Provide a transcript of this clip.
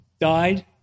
died